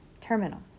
terminal